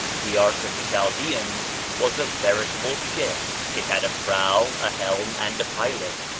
the ark of the chaldeans was a veritable ship it had a prow, a helm, and a pilot,